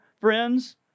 friends